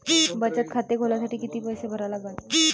बचत खाते खोलासाठी किती पैसे भरा लागन?